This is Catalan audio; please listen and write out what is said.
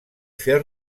fer